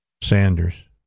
Sanders